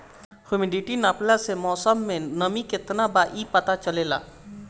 humidity नापला से मौसम में नमी केतना बा इ पता चलेला